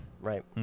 Right